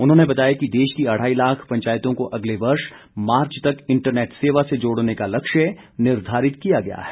उन्होंने बताया कि देश की अढ़ाई लाख पंचायतों को अगले वर्ष मार्च तक इंटरनेट सेवा से जोड़ने का लक्ष्य निर्धारित किया गया है